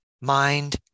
mind